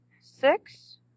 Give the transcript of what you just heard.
six